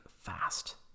fast